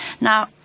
Now